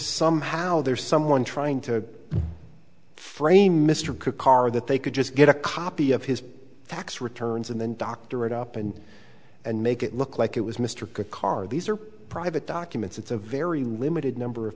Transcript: somehow there's someone trying to frame mr karr that they could just get a copy of his tax returns and then doctor it up and and make it look like it was mr karr these are private documents it's a very limited number of